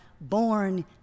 born